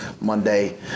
monday